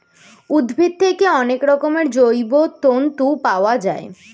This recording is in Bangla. উদ্ভিদ থেকে অনেক রকমের জৈব তন্তু পাওয়া যায়